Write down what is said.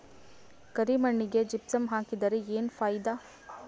ಕರಿ ಮಣ್ಣಿಗೆ ಜಿಪ್ಸಮ್ ಹಾಕಿದರೆ ಏನ್ ಫಾಯಿದಾ?